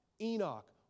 Enoch